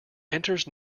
enters